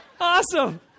Awesome